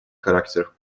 характер